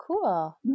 Cool